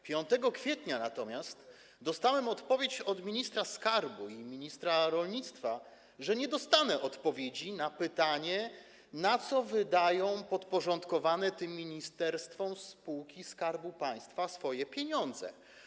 5 kwietnia natomiast dostałem odpowiedź od ministra skarbu i ministra rolnictwa, że nie dostanę odpowiedzi na pytanie, na co wydają podporządkowane tym ministerstwom spółki Skarbu Państwa swoje pieniądze.